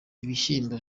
ibishyimbo